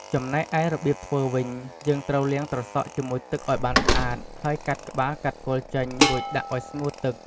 ចំណែកឯរបៀបធ្វេីវិញ យេីងត្រូវលាងត្រសក់ជាមួយទឹកឱ្យបានស្អាតហេីយកាត់ក្បាលកាត់គល់ចេញ រួចដាក់ឱ្យស្ងួតទឹក។